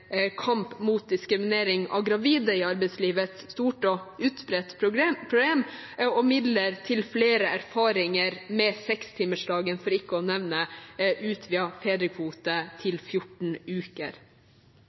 kamp mot diskriminering av gravide i arbeidslivet, et stort og utbredt problem, og midler til flere erfaringer med sekstimersdagen, for ikke å glemme utvidet fedrekvote til 14 uker.